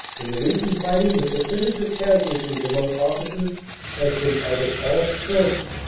in the recent fighting the percentage of casualties among officers has been out of all proportion,